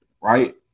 right